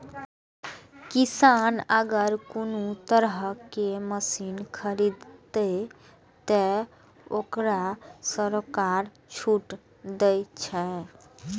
किसान अगर कोनो तरह के मशीन खरीद ते तय वोकरा सरकार छूट दे छे?